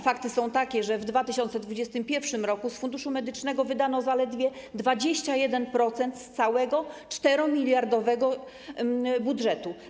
Fakty są takie, że w 2021 r. z Funduszu Medycznego wydano zaledwie 21% z całego 4-miliardowego budżetu.